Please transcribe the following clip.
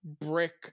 brick